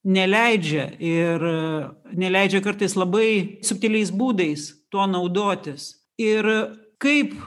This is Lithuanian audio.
neleidžia ir neleidžia kartais labai subtiliais būdais tuo naudotis ir kaip